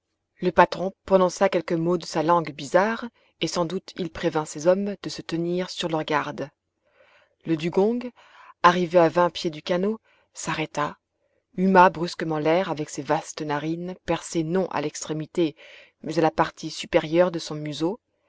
le patron prononça quelques mots de sa langue bizarre et sans doute il prévint ses hommes de se tenir sur leurs gardes le dugong arrivé à vingt pieds du canot s'arrêta huma brusquement l'air avec ses vastes narines percées non à l'extrémité mais à la partie supérieure de son museau